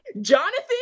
Jonathan